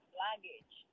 luggage